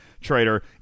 Trader